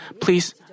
please